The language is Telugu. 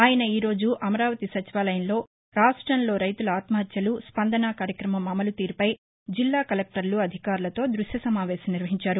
ఆయన ఈ రోజు అమరావతి సచివాలయంలో రాష్టంలో రైతుల ఆత్మహత్యలు స్పందన కార్యక్రమం అమలు తీరుపై జిల్లా కలెక్టర్లు అధికారులతో దృశ్య సమావేశం నిర్వహించారు